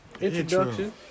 introduction